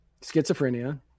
schizophrenia